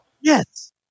Yes